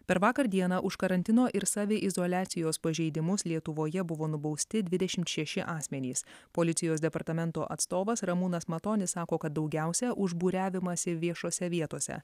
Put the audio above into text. per vakar dieną už karantino ir saviizoliacijos pažeidimus lietuvoje buvo nubausti dvidešimt šeši asmenys policijos departamento atstovas ramūnas matonis sako kad daugiausia už būriavimąsi viešose vietose